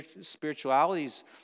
spiritualities